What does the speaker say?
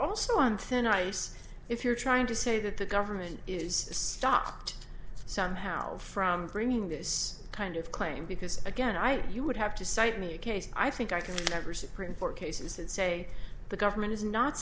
ice if you're trying to say that the government is stopped somehow from bringing this kind of claim because again i you would have to cite me a case i think i can never supreme court cases that say the government isn't not